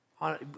on